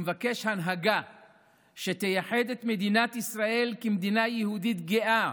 מבקש הנהגה שתייחד את מדינת ישראל כמדינה יהודית גאה,